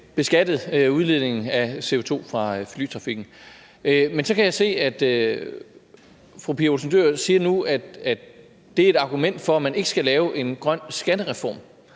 beskattet udledningen af CO2 fra flytrafikken – men jeg kan så se, at fru Pia Olsen Dyhr nu siger, at det er et argument for, at man ikke skal lave en grøn skattereform.